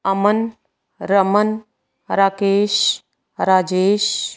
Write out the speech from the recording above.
Aman Raman Rakesh Rajesh